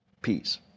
Peace